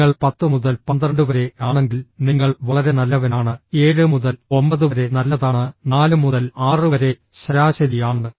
നിങ്ങൾ 10 മുതൽ 12 വരെ ആണെങ്കിൽ നിങ്ങൾ വളരെ നല്ലവനാണ് 7 മുതൽ 9 വരെ നല്ലതാണ് 4 മുതൽ 6 വരെ ശരാശരി ആണ്